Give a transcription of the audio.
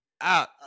Out